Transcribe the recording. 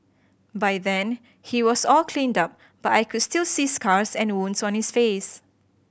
by then he was all cleaned up but I could still see scars and wounds on his face